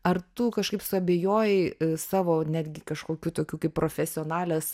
ar tu kažkaip suabejoji savo netgi kažkokiu tokiu kaip profesionalės